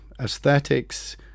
aesthetics